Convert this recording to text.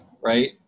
right